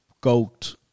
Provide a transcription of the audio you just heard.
goat